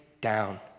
down